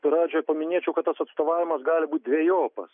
pradžioj paminėčiau kad tas atstovavimas gali būt dvejopas